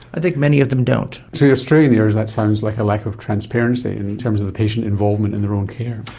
i think many of them don't. to australian ears that sounds like a lack of transparency in terms of the patient involvement in their own care.